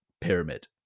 pyramid